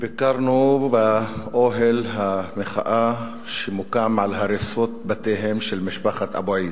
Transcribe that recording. וביקרנו באוהל המחאה שמוקם על הריסות בתיהם של משפחת אבו-עיד.